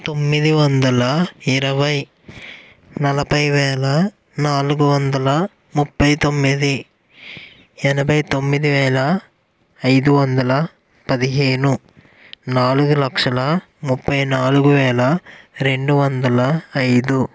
తొమ్మిది వందల ఇరవై నలభై వేల నాలుగు వందల ముప్పై తొమ్మిది ఎనభై తొమ్మిది వేల ఐదు వందల పదిహేను నాలుగు లక్షల ముప్పై నాలుగు వేల రెండు వందల ఐదు